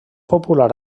popular